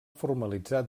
formalitzar